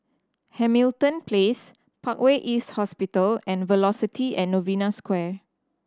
Hamilton Place Parkway East Hospital and Velocity and Novena Square